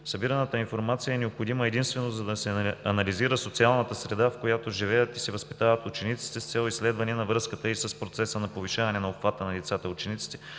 Събираната информация е необходима единствено, за да се анализира социалната среда, в която живеят и се възпитават учениците с цел изследване на връзката й с процеса на повишаване обхвата на лицата и учениците;